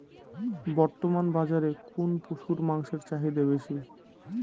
বর্তমান বাজারে কোন পশুর মাংসের চাহিদা বেশি?